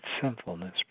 sinfulness